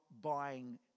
buying